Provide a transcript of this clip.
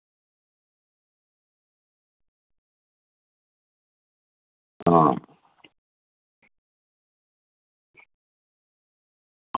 आं